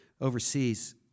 overseas